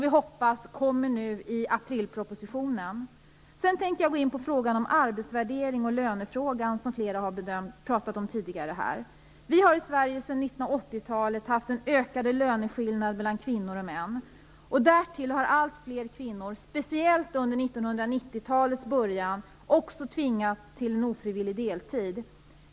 Vi hoppas att de kommer nu i aprilpropositionen. Jag tänkte också gå in på frågan om arbetsvärdering och löner, som flera har pratat om tidigare. Vi har i Sverige sedan 1980-talet haft en ökande löneskillnad mellan kvinnor och män. Därtill har allt fler kvinnor, speciellt under 1990-talets början, också tvingats till en ofrivillig deltid.